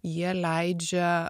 jie leidžia